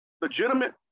legitimate